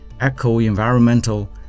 eco-environmental